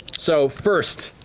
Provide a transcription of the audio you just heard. so first,